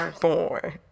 born